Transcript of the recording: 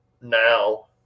now